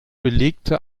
belegte